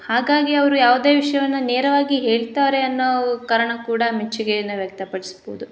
ಹಾಗಾಗಿ ಅವರು ಯಾವುದೇ ವಿಷ್ಯವನ್ನು ನೇರವಾಗಿ ಹೇಳ್ತಾರೆ ಅನ್ನೋ ಕಾರಣ ಕೂಡ ಮೆಚ್ಚುಗೆಯನ್ನು ವ್ಯಕ್ತಪಡಿಸ್ಬೋದು